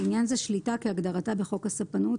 לענין זה שליטה - כהגדרתה בחוק הספנות